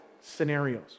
scenarios